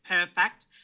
perfect